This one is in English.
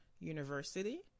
University